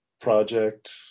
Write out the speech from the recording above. project